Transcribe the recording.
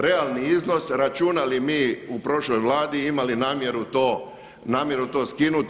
Realni iznos računali mi u prošloj Vladi, imali namjeru to skinut.